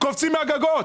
קופצים מהגגות,